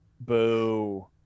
Boo